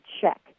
check